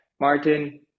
Martin